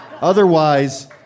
Otherwise